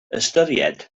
ystyried